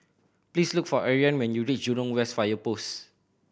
please look for Ariane when you reach Jurong West Fire Post